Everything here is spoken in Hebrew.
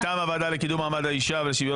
מטעם הוועדה לקידום מעמד האישה ושוויון